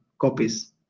copies